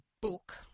book